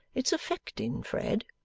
it's affecting, fred